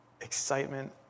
excitement